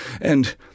and—